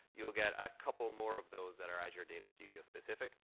you'll get a couple more of those that are azure data studio specific.